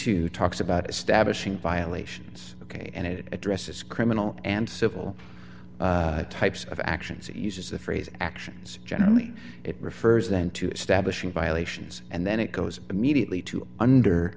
to talks about establishing violations ok and it addresses criminal and civil types of actions it uses the phrase actions generally it refers then to establishing violations and then it goes immediately to under